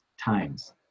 times